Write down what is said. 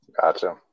gotcha